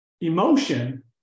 emotion